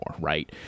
right